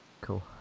cool